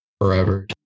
forever